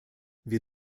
wir